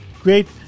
Great